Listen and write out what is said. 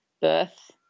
birth